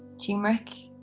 tum rick,